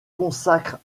consacrent